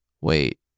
Wait